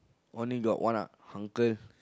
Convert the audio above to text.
only got one lah uncle